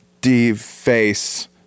deface